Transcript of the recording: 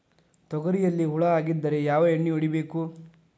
ತೊಗರಿಯಲ್ಲಿ ಹುಳ ಆಗಿದ್ದರೆ ಯಾವ ಎಣ್ಣೆ ಹೊಡಿಬೇಕು?